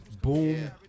Boom